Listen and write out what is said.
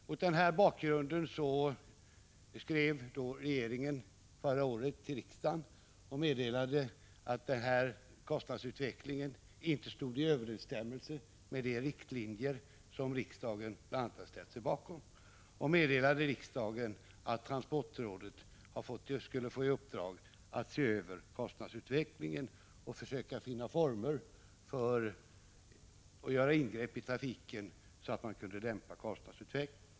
Mot den här bakgrunden skrev regeringen förra året till riksdagen och meddelade att denna kostnadsutveckling inte stod i överensstämmelse med de riktlinjer som bl.a. riksdagen hade ställt sig bakom, och man meddelade riksdagen att transportrådet skulle få i uppdrag att se över kostnadsutvecklingen och försöka finna former för sådana ingrepp i trafiken som kunde dämpa kostnadsutvecklingen.